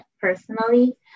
personally